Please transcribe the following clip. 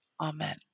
amen